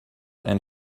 and